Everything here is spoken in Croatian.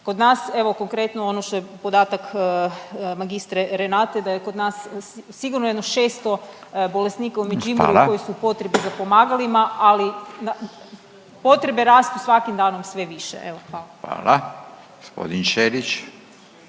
Kod nas evo konkretno ono što je podatak magistre Renate da je kod nas sigurno jedno 600 bolesnika u Međimurju koji su u potrebi za pomagalima … …/Upadica Radin: Hvala./… … ali potrebe rastu svakim danom sve više. Evo hvala. **Radin, Furio